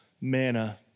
manna